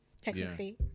technically